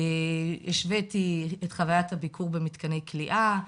השוויתי את חוויות הביקור במתקני כליאה,